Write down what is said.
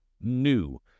new